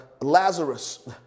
Lazarus